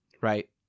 right